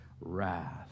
wrath